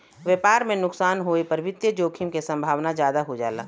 व्यापार में नुकसान होये पर वित्तीय जोखिम क संभावना जादा हो जाला